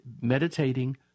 Meditating